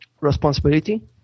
responsibility